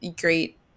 great